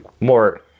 more